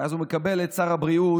ואז הוא מקבל את שר הבריאות